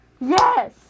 Yes